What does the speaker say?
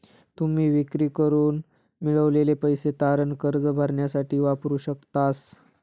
तुम्ही विक्री करून मिळवलेले पैसे तारण कर्ज भरण्यासाठी वापरू शकतास